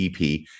EP